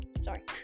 Sorry